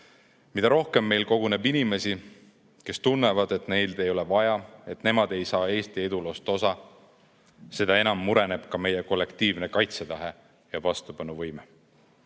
Mida rohkem meil koguneb inimesi, kes tunnevad, et neid ei ole vaja, et nemad ei saa Eesti eduloost osa, seda enam mureneb ka meie kollektiivne kaitsetahe ja vastupanuvõime.